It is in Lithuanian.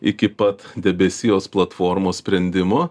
iki pat debesijos platformos sprendimo